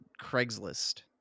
Craigslist